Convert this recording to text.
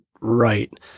right